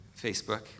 Facebook